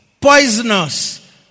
poisonous